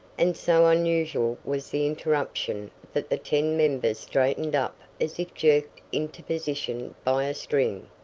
and so unusual was the interruption that the ten members straightened up as if jerked into position by a string.